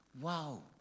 wow